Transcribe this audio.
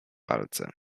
palce